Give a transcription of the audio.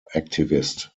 activist